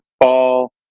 fall